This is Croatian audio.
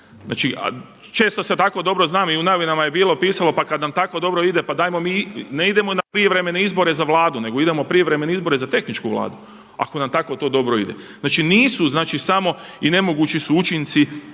vlada. Često se tako dobro znam i u novinama je bilo pisalo pa kada nam tako dobro ide pa dajmo mi ne idemo na prijevremene izbore za vladu nego idemo prijevremene izbore za tehničku vladu ako nam tako to dobro ide. Znači nisu samo i nemogući su učinci